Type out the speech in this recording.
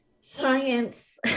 science